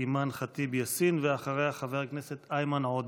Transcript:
אימאן ח'טיב יאסין, ואחריה, חבר הכנסת איימן עודה.